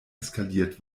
eskaliert